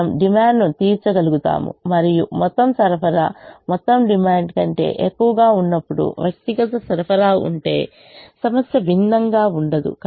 మనము డిమాండ్ను తీర్చగలుగుతాము మరియు మొత్తం సరఫరా మొత్తం డిమాండ్ కంటే ఎక్కువగా ఉన్నప్పుడు వ్యక్తిగత సరఫరా ఉంటే సమస్య భిన్నంగా ఉండదు